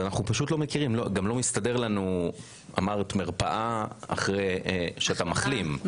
אמרת על מרפאה לאחרי שאתה מחלים,